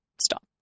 stop